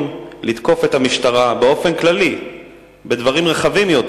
לתקוף את המשטרה באופן כללי בדברים רחבים יותר.